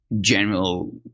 general